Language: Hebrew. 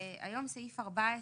הנכים; עכשיו,